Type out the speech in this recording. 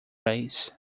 race